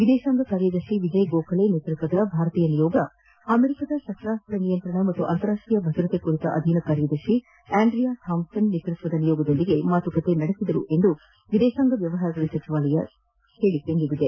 ವಿದೇಶಾಂಗ ಕಾರ್ಯದರ್ಶಿ ವಿಜಯ್ ಗೋಖಲೆ ನೇತೃತ್ವದ ಭಾರತೀಯ ನಿಯೋಗ ಅಮೆರಿಕಾದ ಶಸ್ತ್ರಾಸ್ತ್ರ ನಿಯಂತ್ರಣ ಮತ್ತು ಅಂತಾರಾಷ್ಟೀಯ ಭದ್ರತೆ ಕುರಿತ ಅಧೀನ ಕಾರ್ಯದರ್ಶಿ ಆಂಡ್ರಿಯಾ ಥಾಂಪ್ಪನ್ ನೇತ್ವತ್ವದ ನಿಯೋಗದೊಂದಿಗೆ ಮಾತುಕತೆ ನಡೆಸಿತು ಎಂದು ವಿದೇಶಾಂಗ ವ್ಯವಹಾರಗಳ ಸಚಿವಾಲಯ ಹೇಳಿಕೆ ನೀಡಿದೆ